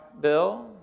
bill